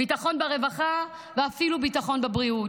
ביטחון ברווחה ואפילו ביטחון בבריאות.